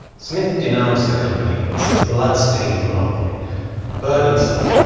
smith denounced the company as a bloodstained monopoly burdensome,